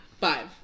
Five